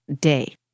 day